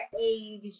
age